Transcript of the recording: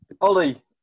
Ollie